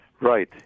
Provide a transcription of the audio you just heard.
Right